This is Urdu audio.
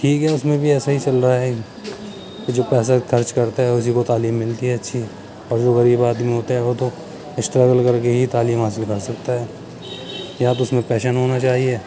ٹھیک ہے اس میں بھی ایسا ہی چل رہا ہے کہ جو پیسہ خرچ کرتا ہے اسی کو تعلیم ملتی ہے اچھی اور جو غریب آدمی ہوتا ہے وہ تو اسٹرگل کر کے ہی تعلیم حاصل کر سکتا ہے یا تو اس میں پیشن ہونا چاہیے